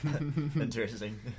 Interesting